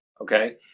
Okay